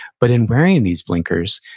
but in wearing these blinkers,